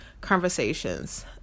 conversations